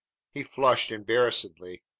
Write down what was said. he flushed embarrassedly.